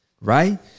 right